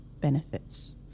benefits